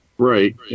Right